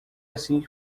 assim